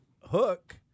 hook